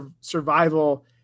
survival